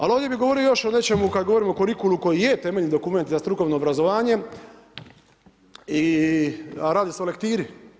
Ali ovdje bih govorio još o nečemu kad govorimo o kurikulu koji je temeljni dokument za strukovno obrazovanje i radi se o lektiri.